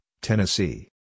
Tennessee